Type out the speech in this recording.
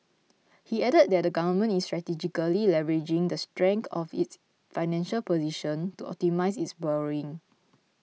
he added that the Government is strategically leveraging the of its financial position to optimise its borrowing